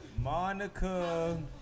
Monica